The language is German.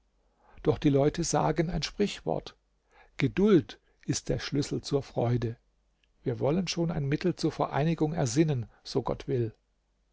doch die leute sagen ein sprichwort geduld ist der schlüssel zur freude wir wollen schon ein mittel zur vereinigung ersinnen so gott will